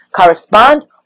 correspond